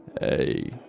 Hey